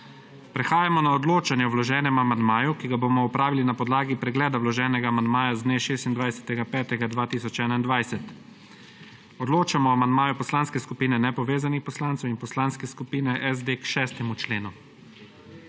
Prehajamo na odločanje o vloženem amandmaju, ki ga bomo opravili na podlagi pregleda vloženega amandmaja z dne 26. 5. 2021. odločamo o amandmaju Poslanske skupine Nepovezanih poslancev in Poslanske skupine SD k 6. členu.